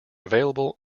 available